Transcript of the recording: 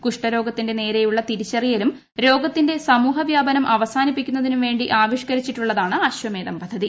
കുഷ്ഠരോഗത്തിന്റെ ്യന്റ്ത്തേയുള്ള തിരിച്ചറിയലും രോഗത്തിന്റെ സാമൂഹ്യവ്യാപനം അവ്സാനിപ്പിക്കുന്നതിനും വേണ്ടി ആവിഷ്കരിച്ചിട്ടുള്ളതാണ് അശ്വമേന്നും പദ്ധതി